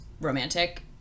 romantic